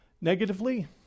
Negatively